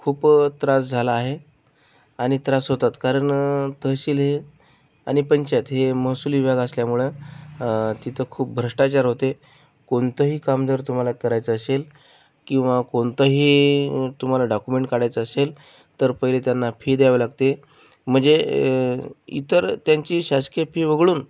खूप त्रास झाला आहे आणि त्रास होतात कारण तहसील हे आणि पंचायत हे महसूल विभाग असल्यामुळं तिथं खूप भ्रष्टाचार होते कोणतंही काम जर तुम्हाला करायचं असेल किंवा कोणतंही तुम्हाला डाकुमेंट काढायचं असेल तर पहिले त्यांना फी द्यावं लागते म्हणजे इतर त्यांची शासकीय फी वगळून